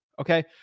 okay